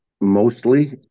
mostly